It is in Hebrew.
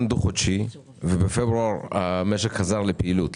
דו-חודשי ובפברואר המשק חזר לפעילות.